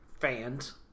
fans